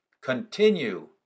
continue